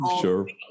sure